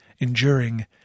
enduring